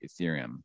Ethereum